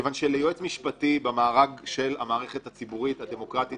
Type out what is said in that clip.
כיוון שליועץ משפטי במארג של המערכת הציבורית-הדמוקרטית